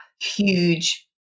huge